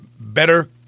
better